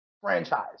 franchise